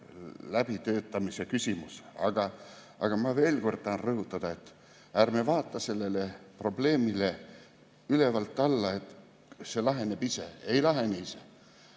läbitöötamise küsimus. Aga ma veel kord tahan rõhutada, et ärme vaatame sellele probleemile ülevalt alla, et see laheneb ise. Ei lahene ise.